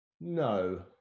No